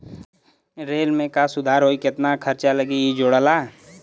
rail में का सुधार होई केतना खर्चा लगी इ जोड़ला